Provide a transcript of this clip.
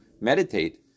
meditate